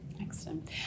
Excellent